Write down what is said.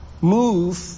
Move